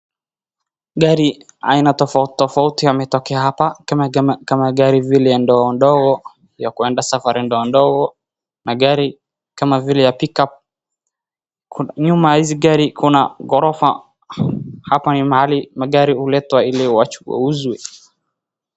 Gari aina tofauti tofauti ametokea hapa kama gari vile ya ndogo ndogo, ya kuenda safari ndogo ndogo, na gari kama vile ya pick up . Nyuma ya hizi gari kuna gorofa. Hapa ni mahali magari huletwa ili wauzwe.